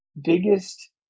biggest